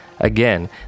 Again